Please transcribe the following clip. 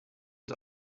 and